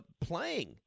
playing